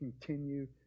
continue